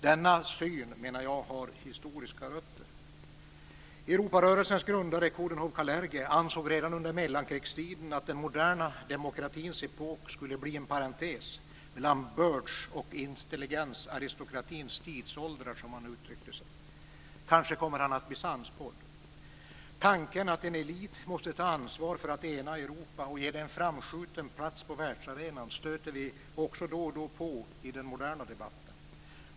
Denna syn menar jag har historiska rötter. Europarörelsens grundare Coudenhove-Kalergi ansåg redan under mellankrigstiden att den moderna demokratins epok skulle bli en parentes mellan bördsoch intelligensaristokratins tidsåldrar, som han uttryckte det. Kanske kommer han att bli sannspådd. Tanken att en elit måste ta ansvar för att ena Europa och ge det en framskjuten roll på världsarenan stöter vi då och då på också i den moderna debatten.